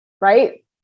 right